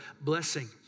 blessing